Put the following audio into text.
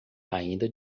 ainda